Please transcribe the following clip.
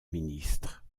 ministre